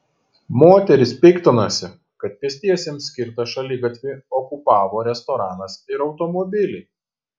moteris piktinosi kad pėstiesiems skirtą šaligatvį okupavo restoranas ir automobiliai